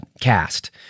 cast